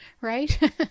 Right